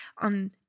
on